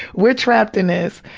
we're trapped in this.